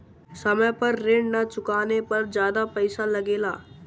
समय पर ऋण ना चुकाने पर ज्यादा पईसा लगेला?